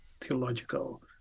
theological